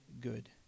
good